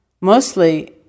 Mostly